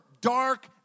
dark